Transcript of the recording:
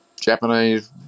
Japanese